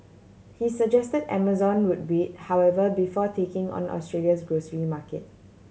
he suggested Amazon would wait however before taking on Australia's grocery market